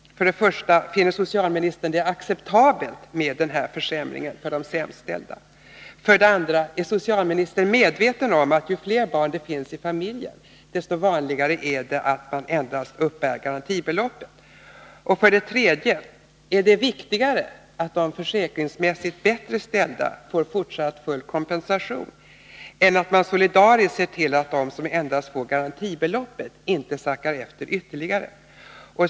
1. Finner socialministern det acceptabelt med denna försämring för de sämst ställda? 2. Är socialministern medveten om det faktum att ju fler barn det finns i familjen, desto vanligare är det att man endast uppbär garantibeloppet? 3. Är det viktigare att de försäkringsmässigt bättre ställda får fortsatt full kompensation än att man solidariskt ser till att de som endast får garantibeloppet inte sackar efter ytterligare?